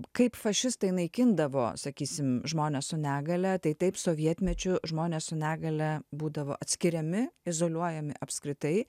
kaip fašistai naikindavo sakysim žmones su negalia tai taip sovietmečiu žmonės su negalia būdavo atskiriami izoliuojami apskritai